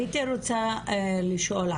הייתי רוצה לשאול,